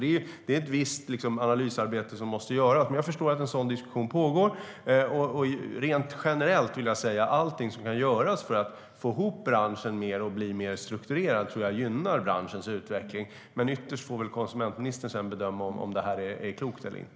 Det är alltså ett visst analysarbete som måste göras. Men jag förstår att en sådan diskussion pågår. Rent generellt vill jag säga att allting som kan göras för att få ihop branschen mer så att den blir mer strukturerad tror jag gynnar branschens utveckling. Men ytterst får konsumentministern sedan bedöma om detta är klokt eller inte.